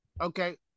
Okay